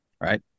right